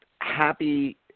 happy